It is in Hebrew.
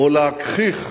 או להגחיך